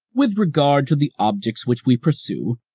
with regard to the objects which we pursue,